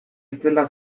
itzela